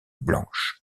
blanche